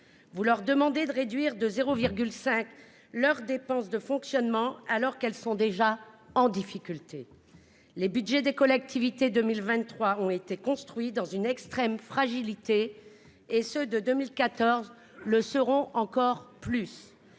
Vous leur demandez de réduire de 0,5 % leurs dépenses de fonctionnement, alors qu'elles sont déjà en difficulté. En effet, les budgets des collectivités pour 2023 ont été construits dans une extrême fragilité, et ceux de 2024 le seront encore plus.